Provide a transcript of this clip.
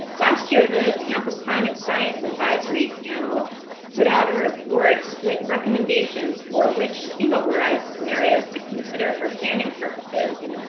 last year, the tampa climate science advisory panel put out a report with recommendations for which sea level rise scenarios to consider for planning purposes.